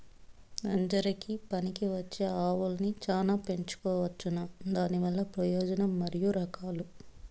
నంజరకి పనికివచ్చే ఆవులని చానా పెంచుకోవచ్చునా? దానివల్ల ప్రయోజనం మరియు రకాలు?